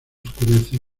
oscurece